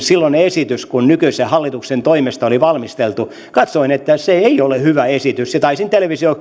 silloinen esitys joka nykyisen hallituksen toimesta oli valmisteltu ei ole hyvä esitys ja taisin